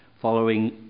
following